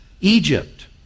Egypt